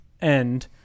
end